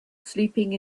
sleeping